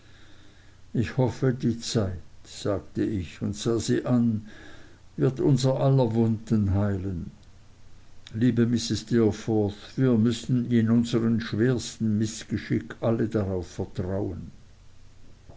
ich hoffe die zeit sagte ich und sah sie an wird unser aller wunden heilen liebe mrs steerforth wir müssen in unserm schwersten mißgeschick alle darauf vertrauen